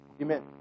Amen